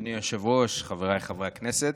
אדוני היושב-ראש, חבריי חברי הכנסת,